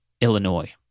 Illinois